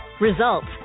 results